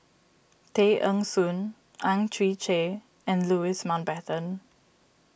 Tay Eng Soon Ang Chwee Chai and Louis Mountbatten